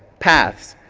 paths.